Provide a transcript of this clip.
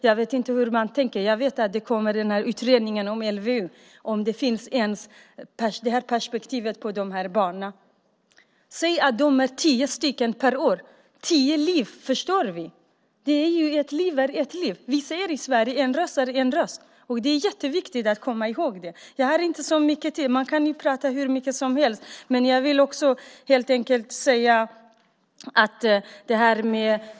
Jag vet att utredningen om LVU kommer, men jag vet inte hur man tänker eller om det ens finns det här perspektivet på barnen. Säg att de är tio stycken per år! Det är tio liv som vi förstör. Ett liv är ett liv. Vi säger i Sverige att en röst är en röst. Det är jätteviktigt att komma ihåg det. Man kan prata hur länge som helst om det här, men jag har inte så mycket talartid.